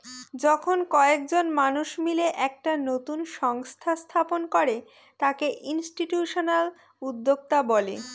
যখন কয়েকজন মানুষ মিলে একটা নতুন সংস্থা স্থাপন করে তাকে ইনস্টিটিউশনাল উদ্যোক্তা বলে